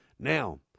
Now